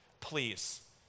Please